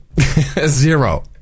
zero